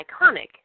iconic